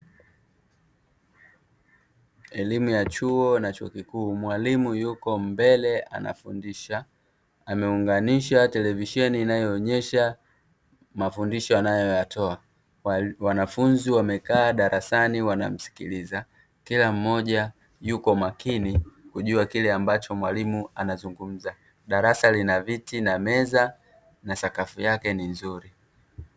Elimu ya chuo na chuo kikuu mwalimu yuko mbele anafundisha ameunganisha televisheni inayoonyesha mafundisho yanayo yatoa, wanafunzi wamekaa darasani wanamsi kilize kila mmoja yuko makini kujua kile ambacho mwalimu anazungumza, darasa lina viti na meza na sakafu yake ni nzuri.